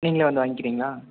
நீங்களே வந்து வாங்கிக்குறீங்களா